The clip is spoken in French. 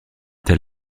tel